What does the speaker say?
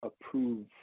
approve